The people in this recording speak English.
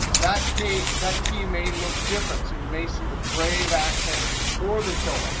that key that key may look different. so and you may see the grave accent or the tilde. ah